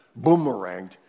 boomeranged